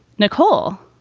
nicole,